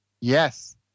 Yes